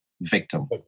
victim